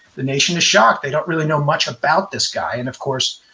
the nation is shocked. they don't really know much about this guy. and of course,